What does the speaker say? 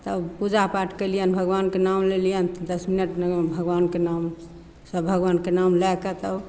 तब पूजापाठ कयलियनि भगवानके नाम लेलियनि दस मिनट भगवानके नाम सब भगवानके नाम लए कऽ तब